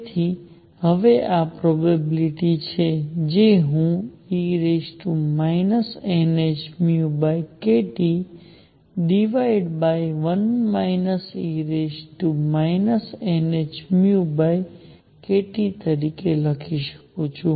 તેથી હવે આ પ્રોબેબિલીટી છે જે હું e nhνkT1 e hνkT તરીકે લખી શકું છું